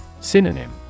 Synonym